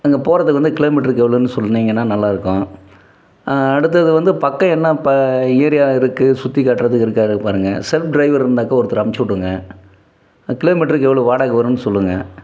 அங்கே போகிறதுக்கு வந்து கிலோ மீட்டருக்கு எவ்வளோன் சொன்னிங்கன்னால் நல்லாருக்கும் அடுத்தது வந்து பக்கம் என்ன ஏரியா இருக்குது சுற்றி காட்டுறதுக்கு இருக்கானு பாருங்கள் செல்ஃப் ட்ரைவர் இருந்தாக்க ஒருத்தர் அனுப்பிச்சிவுடுங்க கிலோ மீட்ருக்கு எவ்வளோ வாடகை வரும்னு சொல்லுங்கள்